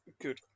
Good